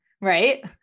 right